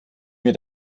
mir